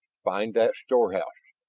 find that storehouse!